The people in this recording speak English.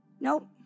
Nope